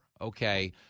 okay